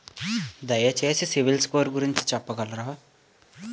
దయచేసి CIBIL score గురించి చెప్పగలరా?